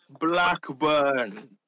Blackburn